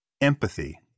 Empathy